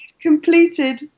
completed